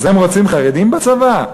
אז הם רוצים חרדים בצבא?